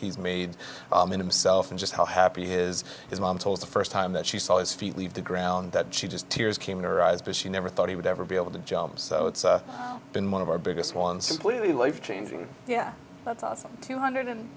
he's made himself and just how happy he is his mom told the first time that she saw his feet leave the ground that she just tears came in her eyes but she never thought he would ever be able to jump so it's been one of our biggest one simply life changing yeah that's awesome two hundred